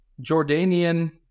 Jordanian